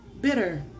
Bitter